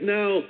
now